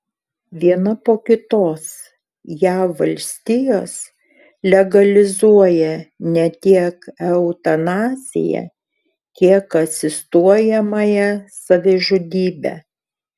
viena po kitos jav valstijos legalizuoja ne tiek eutanaziją kiek asistuojamąją savižudybę